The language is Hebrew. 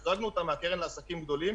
אנחנו החרגנו אותם מהקרן לעסקים גדולים,